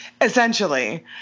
essentially